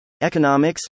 Economics